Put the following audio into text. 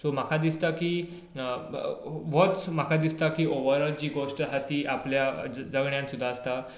होच म्हाका दिसती की ऑवरऑल जी गोस्ट आसा ती आपल्या जगण्यान सुद्दां आसता